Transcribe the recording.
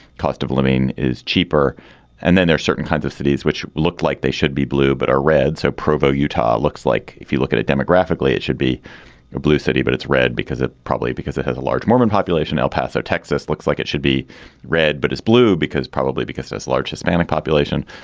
cost of living is cheaper and then there's certain kinds of cities which looked like they should be blue but are red. so provo utah looks like if you look at it demographically it should be a blue city but it's red because it probably because it has a large mormon population. el paso texas looks like it should be red but it's blue because probably because there's a large hispanic population.